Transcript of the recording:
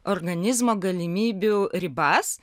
organizmo galimybių ribas